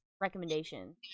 recommendation